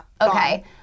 Okay